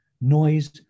noise